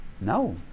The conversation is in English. No